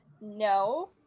No